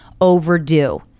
overdue